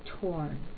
torn